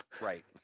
Right